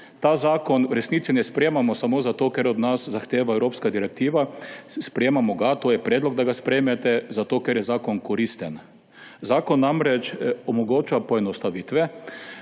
Tega zakona v resnici ne sprejemamo samo zato, ker to od nas zahteva evropskega direktiva, sprejemamo ga, je predlog, da ga sprejmete, zato ker je zakon koristen. Zakon namreč omogoča poenostavitve,